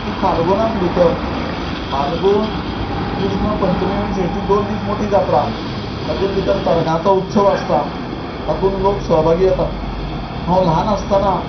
ती फाल्गूनांत भितर फाल्गून कृष्ण पंचमी आनी श्रेष्टी दोन दीस मोठी जात्रा तातूंत भितर तरगांचो उत्सव आसता तातूंत लोक सहभागी जातात हांव ल्हान आसतना